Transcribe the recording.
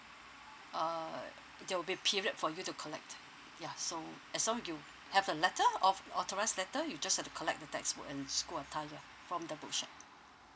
uh there will be period for you to collect yeah so as long you have a letter of authorise letter you just had to collect the textbook and school attire from the bookshop